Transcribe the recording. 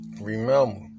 Remember